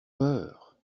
peur